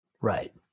Right